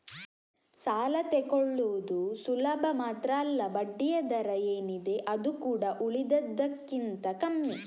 ಸಾಲ ತಕ್ಕೊಳ್ಳುದು ಸುಲಭ ಮಾತ್ರ ಅಲ್ಲ ಬಡ್ಡಿಯ ದರ ಏನಿದೆ ಅದು ಕೂಡಾ ಉಳಿದದಕ್ಕಿಂತ ಕಮ್ಮಿ